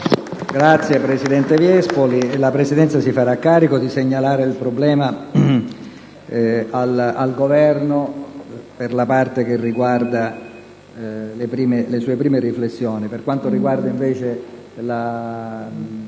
Presidente Viespoli, la Presidenza si farà carico di segnalare il problema al Governo per la parte che riguarda le sue prime riflessioni. Per quanto riguarda invece la